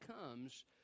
comes